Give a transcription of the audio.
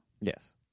Yes